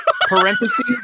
Parentheses